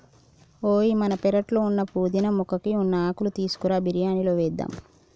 ఓయ్ మన పెరట్లో ఉన్న పుదీనా మొక్కకి ఉన్న ఆకులు తీసుకురా బిరియానిలో వేద్దాం